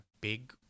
big